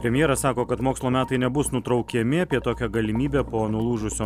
premjeras sako kad mokslo metai nebus nutraukiami apie tokią galimybę po nulūžusio